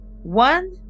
One